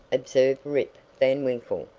observed rip van winkle,